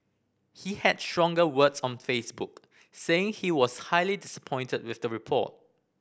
he had stronger words on Facebook saying he was highly disappointed with the report